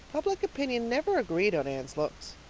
public opinion never agreed on anne's looks.